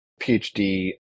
PhD